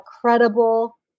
credible